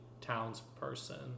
townsperson